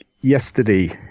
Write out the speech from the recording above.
yesterday